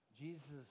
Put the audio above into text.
Jesus